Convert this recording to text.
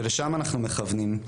ולשם אנחנו מכוונים.